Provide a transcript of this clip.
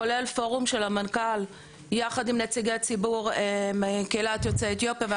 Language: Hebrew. כולל פורום של המנכ"ל יחד עם נציגי ציבור מקהילת יוצאי אתיופיה.